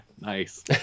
Nice